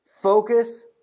Focus